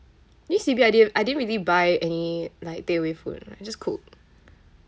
this C_B I din~ I didn't really buy any like takeaway food I just cook